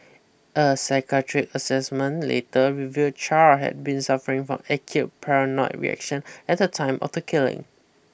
a psychiatric assessment later revealed Char had been suffering from acute paranoid reaction at the time of the killing